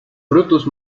frutos